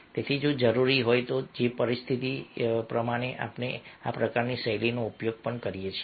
તેથી જો જરૂરી હોય તો જો પરિસ્થિતિ માંગે તો અમે આ પ્રકારની શૈલીનો ઉપયોગ પણ કરી શકીએ છીએ